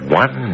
one